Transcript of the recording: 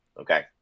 Okay